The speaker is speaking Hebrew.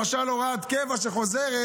למשל הוראת קבע שחוזרת,